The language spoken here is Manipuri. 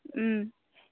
ꯎꯝ